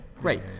Great